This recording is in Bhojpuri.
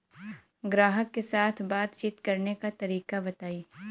ग्राहक के साथ बातचीत करने का तरीका बताई?